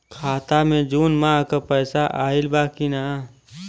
खाता मे जून माह क पैसा आईल बा की ना?